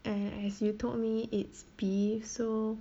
and as you told me it's beef so